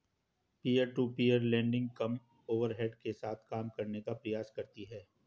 peer to peer lending कम overhead के साथ काम करने का प्रयास करती हैं